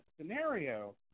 scenario